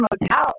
Motel